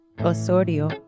Osorio